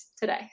today